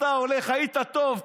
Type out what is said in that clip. אתה הולך, היית טוב.